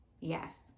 Yes